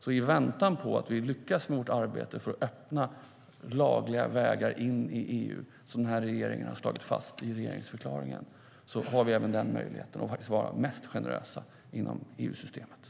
I väntan på att vi lyckas med det arbete för att öppna lagliga vägar in i EU som den här regeringen har slagit fast i regeringsförklaringen har vi alltså även möjligheten att vara det mest generösa landet inom EU-systemet.